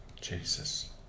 Jesus